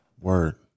Word